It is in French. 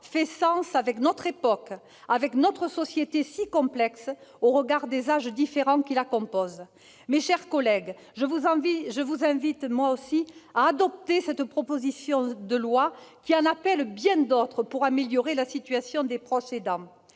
fait sens avec notre époque, avec notre société si complexe au regard des âges différents qui la composent. Je vous invite, à mon tour, à adopter ce texte, qui en appelle bien d'autres pour améliorer la situation des proches aidants.